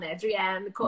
Adrienne